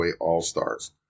All-Stars